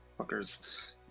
fuckers